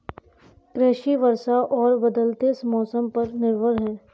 कृषि वर्षा और बदलते मौसम पर निर्भर है